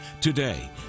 Today